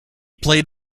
played